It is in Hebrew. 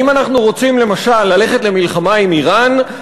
האם אנחנו רוצים למשל ללכת למלחמה עם איראן,